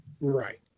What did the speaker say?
Right